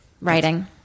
writing